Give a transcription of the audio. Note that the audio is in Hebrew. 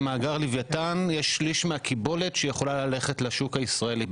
במאגר לוויתן יש שליש מהקיבולת שיכולה ללכת לשוק הישראלי,